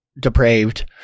Depraved